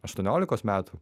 aštuoniolikos metų